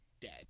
dead